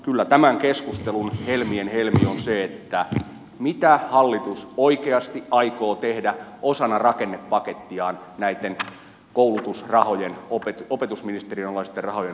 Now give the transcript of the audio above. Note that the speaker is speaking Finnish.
kyllä tämän keskustelun helmien helmi on se mitä hallitus oikeasti aikoo tehdä osana rakennepakettiaan näitten koulutusrahojen opetusministeriön alaisten rahojen osalta